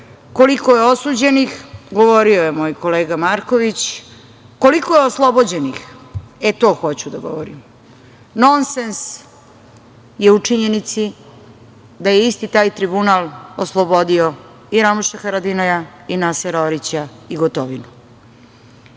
nama. Koliko je osuđenih, govorio je moj kolega Marković. Koliko je oslobođenih? E, to hoću da govorim. Nonsens je u činjenici da je isti taj tribunal oslobodio i Ramuša Haradinaja i Nasera Orića i Gotovinu. Sud